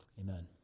Amen